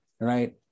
right